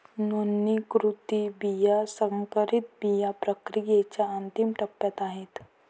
नोंदणीकृत बिया संकरित बिया प्रक्रियेच्या अंतिम टप्प्यात आहेत